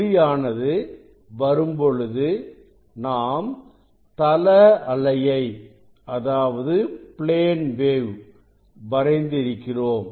ஒளியானது வரும்பொழுது நாம் தள அலையை வரைந்து இருக்கிறோம்